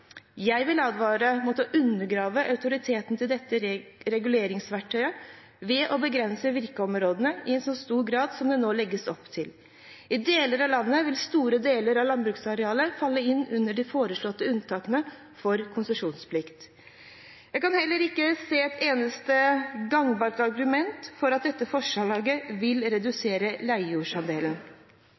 Jeg vil advare mot å undergrave autoriteten til dette reguleringsverktøyet ved å begrense virkeområdene i så stor grad som det nå legges opp til. I deler av landet vil store deler av landbruksarealet falle inn under de foreslåtte unntakene for konsesjonsplikt. Jeg kan heller ikke se et eneste gangbart argument for at dette forslaget vil redusere leiejordsandelen.